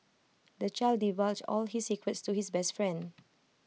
the child divulged all his secrets to his best friend